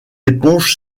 éponge